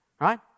right